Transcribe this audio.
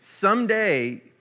someday